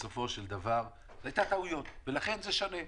בסופו של דבר לגבי הטעויות, ולכן זה שונה.